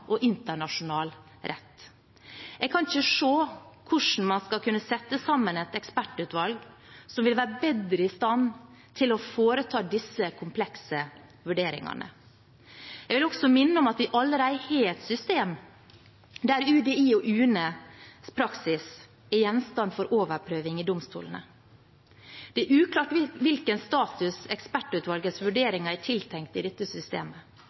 og internasjonal rett. Jeg kan ikke se hvordan man skal kunne sette sammen et ekspertutvalg som vil være bedre i stand til å foreta disse komplekse vurderingene. Jeg vil også minne om at vi allerede har et system der UDI og UNEs praksis er gjenstand for overprøving i domstolene. Det er uklart hvilken status ekspertutvalgets vurderinger er tiltenkt i dette systemet.